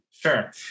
Sure